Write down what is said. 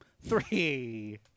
Three